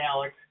Alex